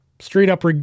straight-up